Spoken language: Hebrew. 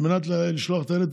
על מנת לשלוח את הילד,